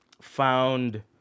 found